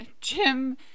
Jim